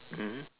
mmhmm